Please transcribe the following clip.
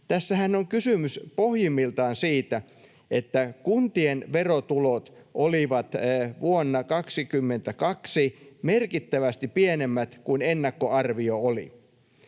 Tässähän on kysymys pohjimmiltaan siitä, että kuntien verotulot olivat vuonna 22 merkittävästi pienemmät kuin ennakkoarvio oli.